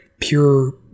pure